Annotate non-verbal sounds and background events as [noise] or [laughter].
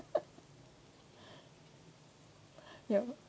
[breath] ya